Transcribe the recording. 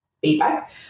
feedback